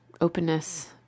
openness